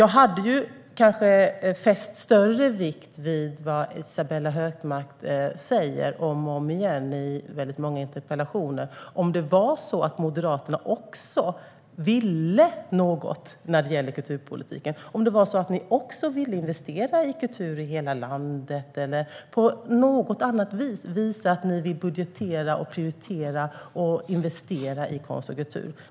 Jag hade kanske fäst större vikt vid vad Isabella Hökmark säger om och om igen i många interpellationer om det var så att Moderaterna också ville något när det gäller kulturpolitiken - om ni också ville investera i kultur i hela landet eller på något annat sätt visa att ni vill budgetera för och prioritera investeringar i konst och kultur.